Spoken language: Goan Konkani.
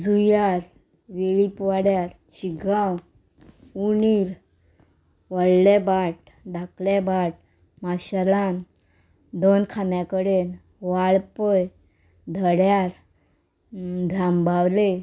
जुंयार वेळीप वाड्यार शिगांव उणीर व्हडलें भाट धाकलें भाट माशेलान दोन खाम्या कडेन वाळपय धड्यार धांबावले